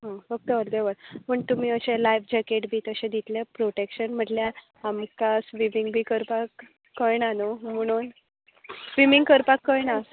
हं फक्त अर्धे वर पण तुमी लाय्व जॅकेट बी तशें दितले प्रॉटेक्शन म्हटल्यार आमकां स्विमींग बी करपाक कळना न्हू म्हुणून स्विमींग करपाक कळना